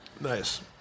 Nice